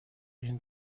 این